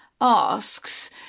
asks